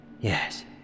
Yes